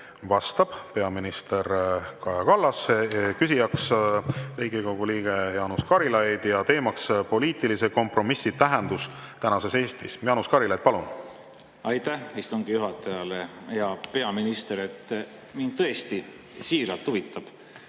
vastab peaminister Kaja Kallas, küsija on Riigikogu liige Jaanus Karilaid ja teema on poliitilise kompromissi tähendus tänases Eestis. Jaanus Karilaid, palun! Aitäh istungi juhatajale! Hea peaminister! Mind tõesti siiralt huvitab,